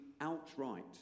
outright